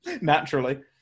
Naturally